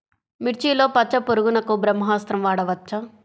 మిర్చిలో పచ్చ పురుగునకు బ్రహ్మాస్త్రం వాడవచ్చా?